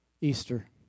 Easter